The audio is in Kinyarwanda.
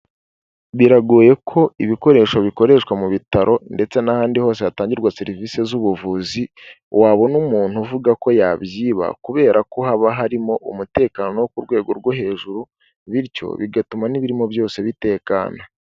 Biragoye ko ibikoresho bikoreshwa mu bitaro ndetse n'ahandi hose hatangirwa serivisi z'ubuvuzi wabona umuntu uvuga ko yabyiba, kubera ko haba harimo umutekano wo ku rwego rwo hejuru bityo bigatuma n'ibirimo byose bitekana.